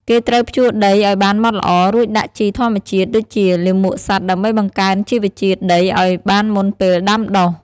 គេត្រូវភ្ជួរដីឱ្យបានម៉ត់ល្អ រួចដាក់ជីធម្មជាតិដូចជាលាមកសត្វដើម្បីបង្កើនជីវជាតិដីឱ្យបានមុនពេលដាំដុះ។